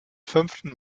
fünften